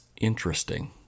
Interesting